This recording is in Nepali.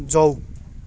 जाऊ